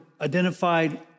identified